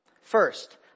First